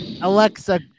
Alexa